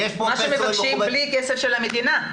מה שמבקשים זה בלי כסף מהמדינה.